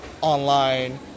online